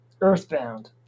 earthbound